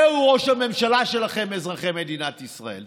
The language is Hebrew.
זהו ראש הממשלה שלכם, אזרחי מדינת ישראל.